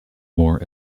more